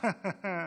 הדקה?